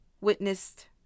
witnessed